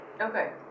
Okay